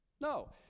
No